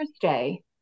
Thursday